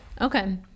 okay